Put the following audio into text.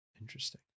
Interesting